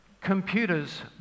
computers